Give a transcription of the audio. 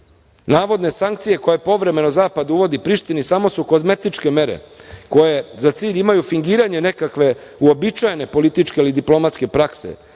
državu. Navodne sankcije koje povremeno zapad uvodi Prištini samo su kozmetičke mere koje za cilj imaju fingiranje nekakve uobičajene političke ili diplomatske prakse,